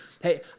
hey